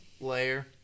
layer